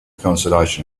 consolation